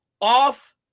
off